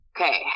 okay